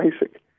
basic